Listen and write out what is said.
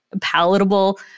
palatable